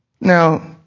Now